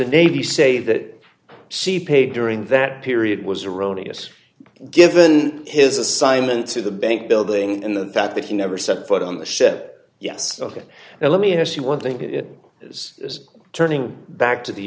the navy say that c paid during that period was erroneous given his assignment to the bank building and the fact that he never set foot on the ship yes ok now let me ask you one thing that it is turning back to the